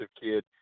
kid